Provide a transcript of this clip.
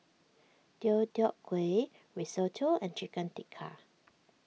Deodeok Gui Risotto and Chicken Tikka